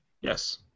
Yes